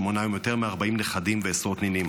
שמונה היום יותר מ-40 נכדים ועשרות נינים.